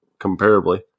comparably